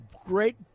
great